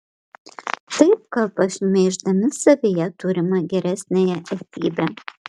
taip kalba šmeiždami savyje turimą geresniąją esybę